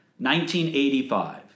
1985